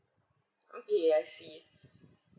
okay I see it